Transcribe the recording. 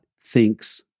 thinks